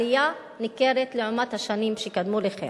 עלייה ניכרת לעומת השנים שקדמו לה.